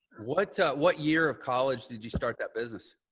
what ah what year of college did you star that business?